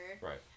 Right